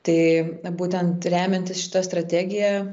tai būtent remiantis šita strategija